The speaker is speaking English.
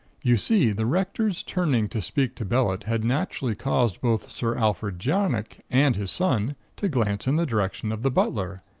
you see, the rector's turning to speak to bellett had naturally caused both sir alfred jarnock and his son to glance in the direction of the butler,